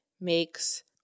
makes